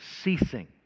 ceasing